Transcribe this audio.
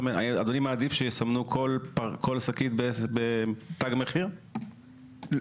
אסור להדפיס מחיר כידוע לאדוני מסיבת הגבלים עסקיים.